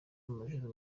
amajoro